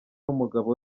n’umugabo